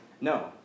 No